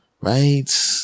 right